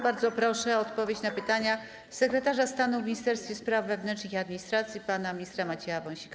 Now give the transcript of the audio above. Bardzo proszę o odpowiedź na pytania sekretarza stanu w Ministerstwie Spraw Wewnętrznych i Administracji pana ministra Macieja Wąsika.